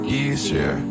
easier